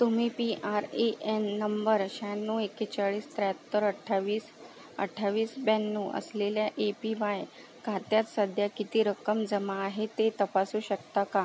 तुम्ही P R A N number शहाण्णव एकेचाळीस त्र्याहत्तर अठ्ठावीस अठ्ठावीस ब्याण्णव असलेल्या ए पी वाय खात्यात सध्या किती रक्कम जमा आहे ते तपासू शकता का